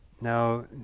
Now